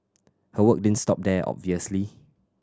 her work didn't stop there obviously